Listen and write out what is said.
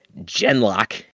Genlock